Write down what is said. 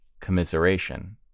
commiseration